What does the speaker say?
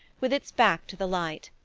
with its back to the light.